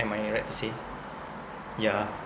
am I right to say yeah